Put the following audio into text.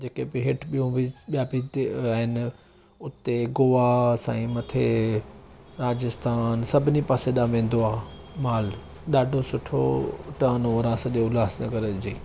जेके ॿे हेठि ॿियूं बि ॿिया बि जेके आहिनि उते गोआ असांजे मथे राजस्थान सभिनी पासे ॾांहुं वेंदो आहे माल ॾाढो सुठो टर्नओवर आहे सॼे उल्हास नगर जे